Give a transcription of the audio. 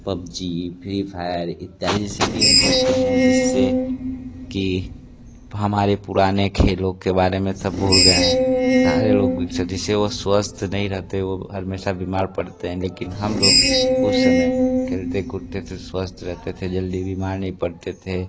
PUBG free fire इत्तियादि जैसे game खेलते हैं जिस से कि हमारे पुराने खेलों के बारे में सब भूल गए हैं सारे लोग जिस से वो स्वस्थ नहीं रहते वो हमेशा बीमार पड़ते हैं लेकिन हम लोग उस समय खेलते कूदते थे स्वस्थ रहते थे जल्दी बीमार नहीं पढ़ते थे